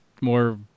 more